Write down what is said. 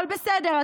אבל בסדר,